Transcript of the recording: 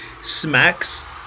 smacks